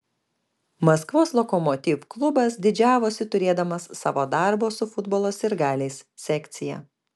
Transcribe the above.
maskvos lokomotiv klubas didžiavosi turėdamas savo darbo su futbolo sirgaliais sekciją